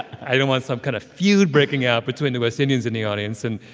i don't want some kind of feud breaking out between the west indians in the audience and.